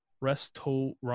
restaurant